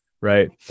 right